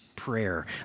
prayer